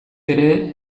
ere